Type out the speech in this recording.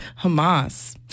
Hamas